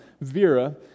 Vera